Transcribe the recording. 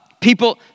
People